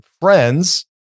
friends